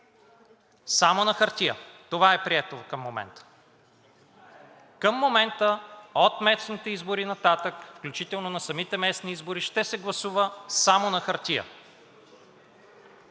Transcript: Само на хартия – това е прието към момента. Към момента от местните избори нататък, включително на самите местни избори, ще се гласува само на хартия.